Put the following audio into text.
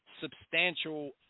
substantial